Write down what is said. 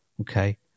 Okay